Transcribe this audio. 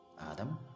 Adam